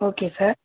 okay sir